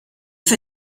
für